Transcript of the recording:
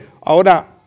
ahora